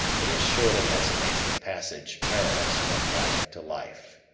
it is surely as he makes the passage perilous from life to life.